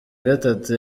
gatatu